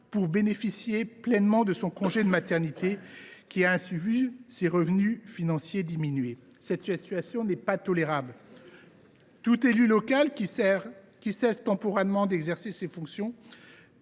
pour bénéficier pleinement de son congé de maternité et qui a ainsi vu ses revenus financiers diminuer. Cette situation n’est pas tolérable. Tout élu local qui cesse temporairement d’exercer ses fonctions